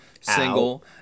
single